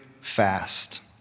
fast